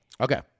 Okay